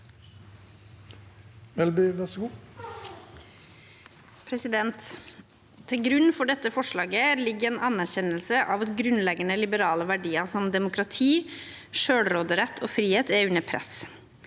Til grunn for dette for- slaget ligger en anerkjennelse av at grunnleggende liberale verdier som demokrati, selvråderett og frihet er under press.